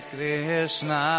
Krishna